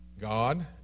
God